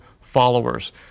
followers